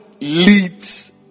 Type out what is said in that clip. leads